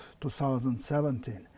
2017